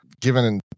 given